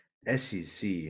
sec